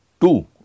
Two